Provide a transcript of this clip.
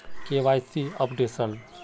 KYC updation?